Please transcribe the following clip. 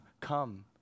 come